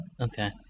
Okay